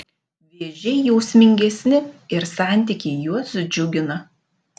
vėžiai jausmingesni ir santykiai juos džiugina